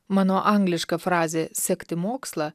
mano angliška frazė sekti mokslą